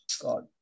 god